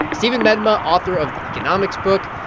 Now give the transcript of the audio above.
steven medema, author of the economics book,